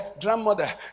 grandmother